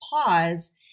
pause